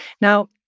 Now